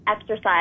exercise